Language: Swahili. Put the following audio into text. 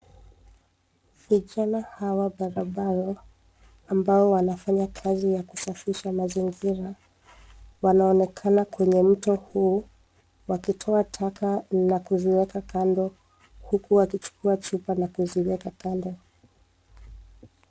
Vijana hawa barubaru, ambao wanafanya kazi ya kusafisha mazingira, wanaonekana kwenye mto huu wakitoa taka na kuziweka kando, huku wakichukua chupa na kuziweka kando.